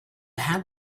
have